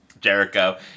Jericho